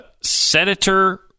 senator